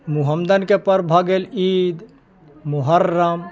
मोहम्मडनके पर्ब भऽ गेल ईद मुहर्रम